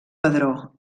pedró